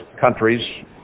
countries